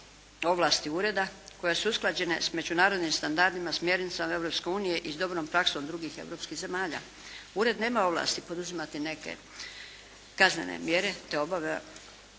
ovlasti Ureda koje su usklađene s međunarodnim standardima, smjernicama Europske unije i s dobrom praksom drugih europskih zemalja. Ured nema ovlasti poduzimati neke kaznene mjere. To